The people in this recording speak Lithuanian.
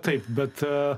taip bet